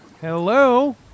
Hello